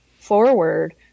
forward